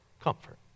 comfort